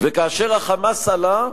וכאשר ה"חמאס" עלה,